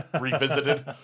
Revisited